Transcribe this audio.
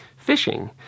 fishing